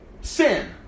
sin